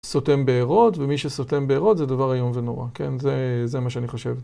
סותם בארות, ומי שסותם בארות זה דבר איום ונורא. כן, זה מה שאני חושב.